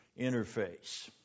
interface